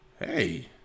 Hey